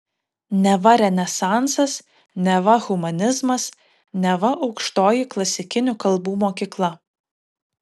neva renesansas neva humanizmas neva aukštoji klasikinių kalbų mokykla